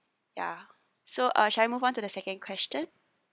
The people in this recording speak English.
ya so uh should I move on to the second question